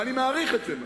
ואני מעריך את זה מאוד.